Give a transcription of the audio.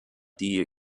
die